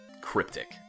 cryptic